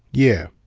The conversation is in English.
yeah.